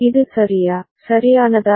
இது சரியா சரியானதா